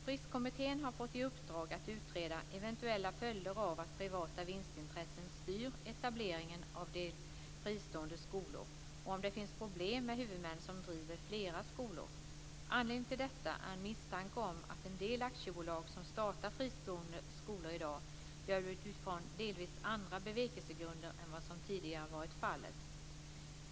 Fristkommittén har fått i uppdrag att utreda eventuella följder av att privata vinstintressen styr etableringen av en del fristående skolor och om det finns problem med huvudmän som driver flera skolor. Anledningen till detta är en misstanke om att en del aktiebolag som startar fristående skolor i dag gör det utifrån delvis andra bevekelsegrunder än vad som tidigare varit fallet.